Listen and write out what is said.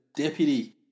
deputy